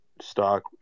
stock